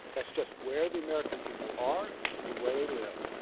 that's just where the american people are and where they live.